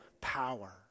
power